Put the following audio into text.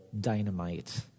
dynamite